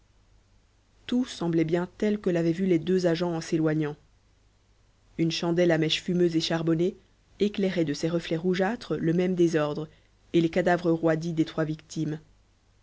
tout semblait bien tel que l'avaient vu les deux agents en s'éloignant une chandelle à mèche fumeuse et charbonnée éclairait de ses reflets rougeâtres le même désordre et les cadavres roidis des trois victimes